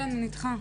כן אני איתך.